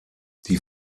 die